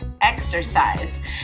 exercise